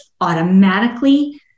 automatically